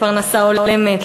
לפרנסה הולמת,